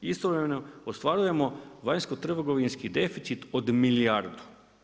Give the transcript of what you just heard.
Istovremeno, ostvarujemo vanjsko-trgovinski deficit od milijardu.